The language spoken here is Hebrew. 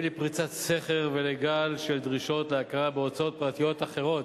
לפריצת סכר ולגל של דרישות להכרה בהוצאות פרטיות אחרות.